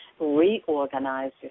reorganize